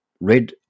red